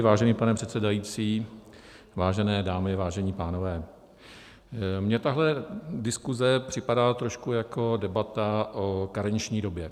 Vážený pane předsedající, vážené dámy, vážení pánové, mně tahle diskuze připadá trošku jako debata o karenční době.